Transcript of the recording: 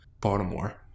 Baltimore